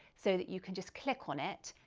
so that you can just click on it,